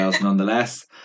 nonetheless